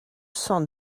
cent